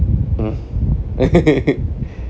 mm